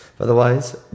Otherwise